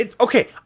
Okay